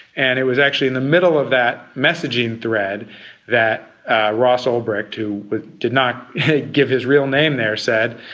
and it was actually in the middle of that messaging thread that ross ulbricht, who did not give his real name there, said,